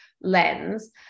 lens